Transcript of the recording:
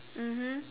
mmhmm